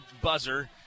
buzzer